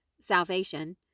salvation